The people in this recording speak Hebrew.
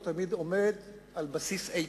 הוא תמיד עומד על בסיס איתן.